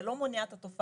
זה לא מונע את התופעה,